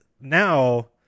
now